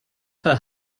her